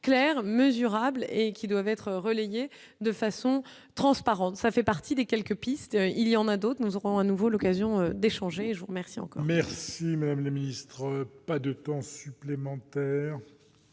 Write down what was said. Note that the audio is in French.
Claire mesurables et qui doivent être relayées de façon transparente, ça fait partie des quelques pistes, il y en a d'autres, nous aurons à nouveau l'occasion d'échanger je vous remercions. Merci madame la ministre, pas de temps supplémentaire,